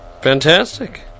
Fantastic